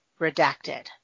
redacted